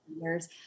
years